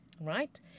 right